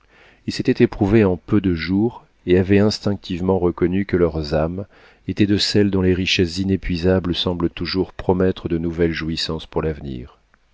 ils s'étaient éprouvés en peu de jours et avaient instinctivement reconnu que leurs âmes étaient de celles dont les richesses inépuisables semblent toujours promettre de nouvelles jouissances pour l'avenir